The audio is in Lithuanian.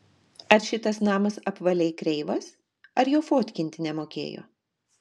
ar šitas namas apvaliai kreivas ar jo fotkinti nemokėjo